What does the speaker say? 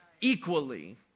equally